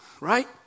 Right